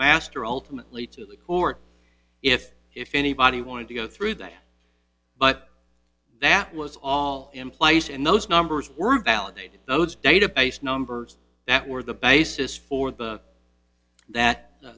master alternately to the court if if anybody wanted to go through that but that was all in place and those numbers were validated those database numbers that were the basis for that th